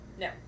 No